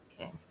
Okay